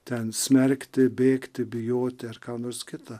ten smerkti bėgti bijoti ar ką nors kita